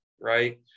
right